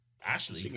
Ashley